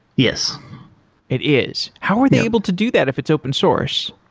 yes it is. how are they able to do that if it's open source?